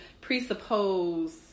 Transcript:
presuppose